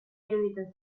iruditzen